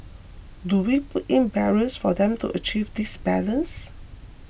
do we put in barriers for them to achieve this balance